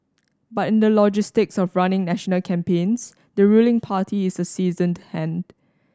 but in the logistics of running national campaigns the ruling party is a seasoned hand